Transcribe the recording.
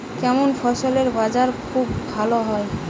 কেমন ফসলের বাজার খুব ভালো হয়?